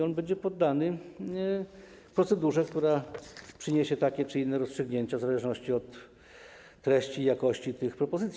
On będzie poddany procedurze, która przyniesie takie czy inne rozstrzygnięcia w zależności od treści i jakości tych propozycji.